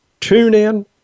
TuneIn